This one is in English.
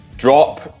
drop